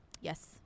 Yes